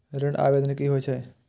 ऋण आवेदन की होय छै?